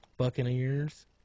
Buccaneers